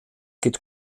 geht